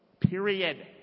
Period